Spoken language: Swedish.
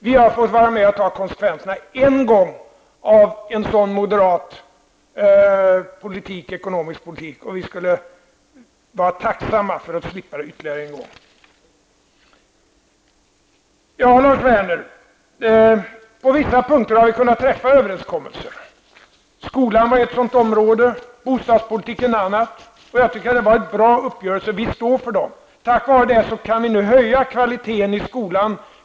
Vi har en gång fått vara med om att ta konsekvenserna av en sådan moderat ekonomisk politik, och vi skulle vara tacksamma för att slippa göra det ytterligare en gång. Vi har, Lars Werner, kunnat träffa överenskommelser på vissa punkter. Skolan var ett sådant område, bostadspolitiken är ett annat. Jag tycker att det har varit bra uppgörelser, och vi står för dem. Tack vara detta kan vi nu höja kvaliteten i skolan.